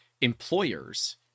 employers